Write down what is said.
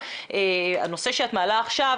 הנושא שאת מעלה עכשיו,